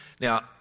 Now